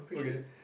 okay